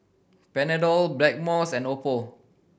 Panadol Blackmores and Oppo